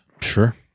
Sure